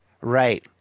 Right